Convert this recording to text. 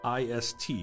ist